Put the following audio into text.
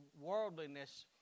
Worldliness